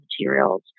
materials